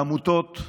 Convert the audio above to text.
עמותות,